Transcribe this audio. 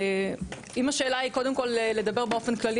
אם השאלה היא קודם כול לדבר באופן כללי,